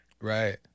Right